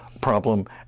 problem